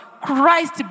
Christ